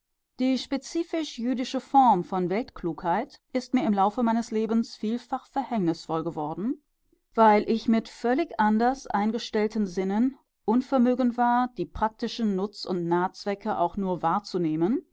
die spezifisch jüdische form von weltklugheit ist mir im laufe meines lebens vielfach verhängnisvoll geworden weil ich mit völlig anders eingestellten sinnen unvermögend war die praktischen nutz und nahzwecke auch nur wahrzunehmen